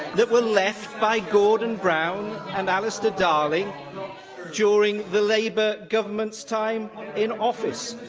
that were left by gordon brown and alistair darling during the labour government's time in office.